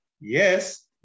Yes